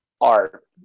art